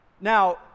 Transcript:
Now